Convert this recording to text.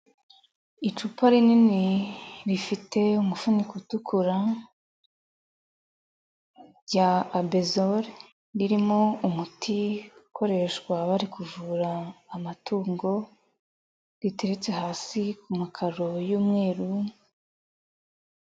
Icupa rinini rifite umufuniko utukura, rya abezole, ririmo umuti ukoreshwa bari kuvura amatungo, riteretse hasi ku makaro y'umweru.